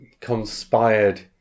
conspired